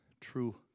true